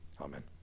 Amen